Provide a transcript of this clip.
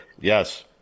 yes